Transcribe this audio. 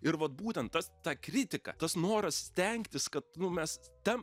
ir vat būtent tas ta kritika tas noras stengtis kad nu mes ten